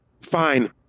Fine